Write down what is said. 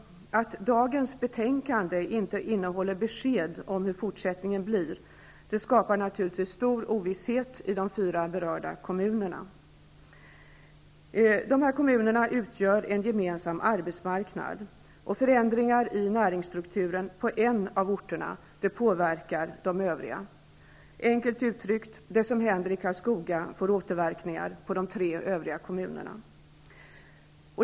Att dagens betänkande inte innehåller besked om hur fortsättningen blir skapar naturligtvis stor ovisshet i de fyra berörda kommunerna. Kristinehamn, Karlskoga, Degerfors och Storfors utgör en gemensam arbetsmarknad, och förändringar i näringsstrukturen på en av orterna påverkar de övriga. Enkelt uttryckt: Det som händer i Karlskoga får återverkningar på de tre övriga kommunerna.